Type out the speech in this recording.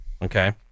Okay